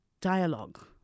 dialogue